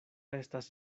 estas